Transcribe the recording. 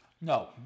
No